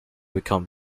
become